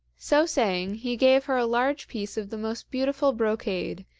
so saying he gave her a large piece of the most beautiful brocade,